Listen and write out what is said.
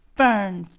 burn!